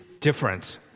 difference